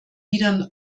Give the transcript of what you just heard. wieder